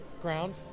Ground